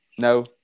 No